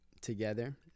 together